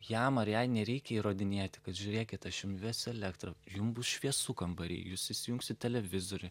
jam ar jai nereikia įrodinėti kad žiūrėkit aš jum įvesiu elektrą jum bus šviesu kambary jūs įsijungsit televizorių